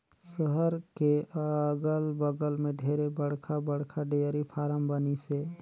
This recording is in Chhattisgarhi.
सहर के अगल बगल में ढेरे बड़खा बड़खा डेयरी फारम बनिसे